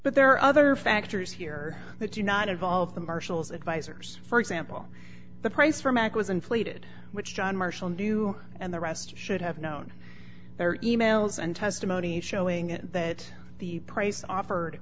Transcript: but there are other factors here that you not involve the marshal's advisors for example the price for mack was inflated which john marshall knew and the rest should have known there are e mails and testimony showing that the price offered